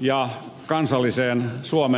ja suomen kansalliseen ihmisoikeustilanteeseen